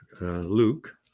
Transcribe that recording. Luke